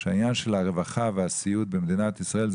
עניין הרווחה והסיעוד במדינת ישראל,